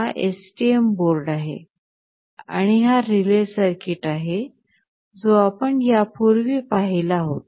हा STM board आहे आणि हा रिले सर्किट आहे जो आपण यापूर्वी पाहिला होता